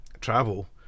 travel